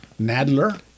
Nadler